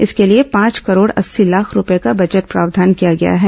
इसके लिए पांच करोड़ अस्सी लाख रूपये का बजट प्रावधान किया गया है